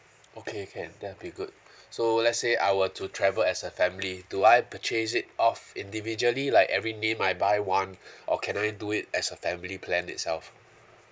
okay can that'll be good so let's say I were to travel as a family do I purchase it off individually like every name I buy one or can I do it as a family plan itself